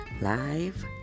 live